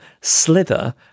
slither